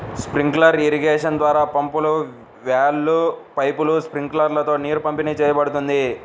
sprinkler irrigation ద్వారా పంపులు, వాల్వ్లు, పైపులు, స్ప్రింక్లర్లతో నీరు పంపిణీ చేయబడుతుంది